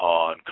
on